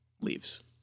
leaves